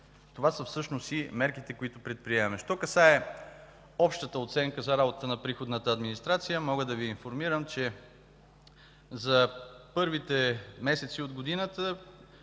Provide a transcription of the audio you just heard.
Това са всъщност и мерките, които предприемаме. Що касае общата оценка за работата на Приходната администрация, мога да Ви информирам, че за първите месеци от годината